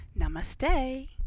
Namaste